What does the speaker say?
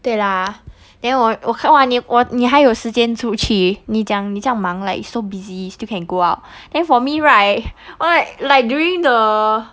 对啦 then 我我看完你我你还有时间出去你讲你这样忙 like so busy still can go out then for me right !wah! like during the